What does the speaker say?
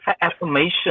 affirmation